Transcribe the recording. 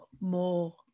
more